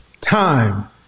Time